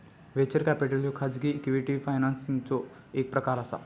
venture capital ह्यो खाजगी equity फायनान्सिंगचो एक प्रकार असा